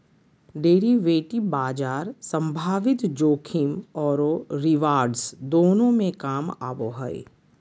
derivative बाजार संभावित जोखिम औरो रिवार्ड्स दोनों में काम आबो हइ